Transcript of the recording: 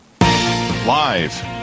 Live